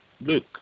look